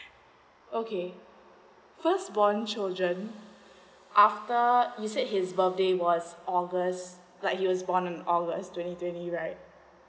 okay first born children after you said his birthday was august like he was born was august twenty twenty right